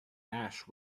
ash